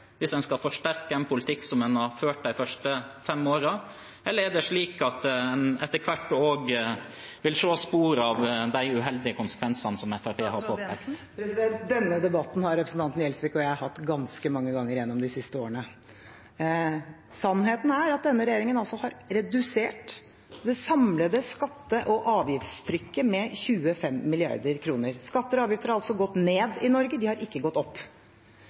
hvis en skal forsterke den politikken som en førte de første fem årene? Eller er det slik at en etter hvert også vil se spor av de uheldige konsekvensene som Fremskrittspartiet har påpekt? Denne debatten har representanten Gjelsvik og jeg hatt ganske mange ganger gjennom de siste årene. Sannheten er at denne regjeringen altså har redusert det samlede skatte- og avgiftstrykket med 25 mrd. kr. Skatter og avgifter har altså gått ned i Norge, de har ikke gått opp.